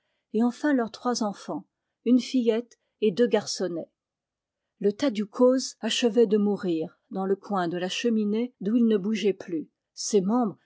et enfin leurs trois enfants une fillette et deux garçonnets le tadiou coz achevait de mourir dans le coin de la cheminée d'où il ne bougeait plus ses membres